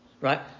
right